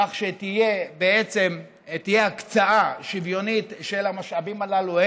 כך שתהיה הקצאה שוויונית של המשאבים הללו,